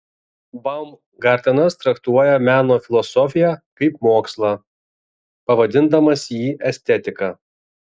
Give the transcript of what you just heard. baumgartenas traktuoja meno filosofiją kaip mokslą pavadindamas jį estetika